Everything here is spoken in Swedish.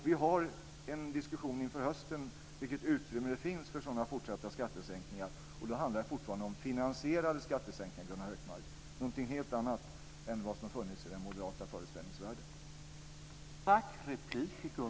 Vi för en diskussion inför hösten om vilket utrymme det finns för fortsatta skattesänkningar, och då handlar det fortfarande om finansierade skattesänkningar, Gunnar Hökmark. Det är någonting helt annat än det som funnits i den moderata föreställningsvärlden.